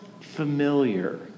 familiar